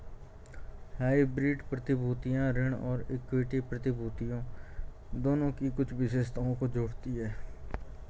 hybrid प्रतिभूतियां ऋण और इक्विटी प्रतिभूतियों दोनों की कुछ विशेषताओं को जोड़ती हैं